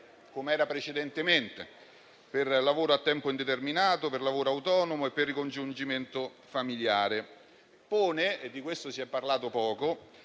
com'era precedentemente, per lavoro a tempo indeterminato, per lavoro autonomo e per ricongiungimento familiare. Pone poi attenzione - di questo si è parlato poco